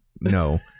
no